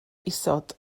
isod